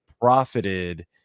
profited